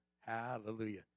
Hallelujah